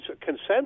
consensus